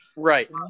Right